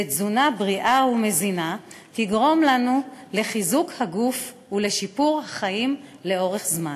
ותזונה בריאה ומזינה תגרום לנו לחיזוק הגוף ולשיפור החיים לאורך זמן.